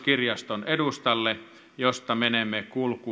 kansalliskirjaston edustalle josta menemme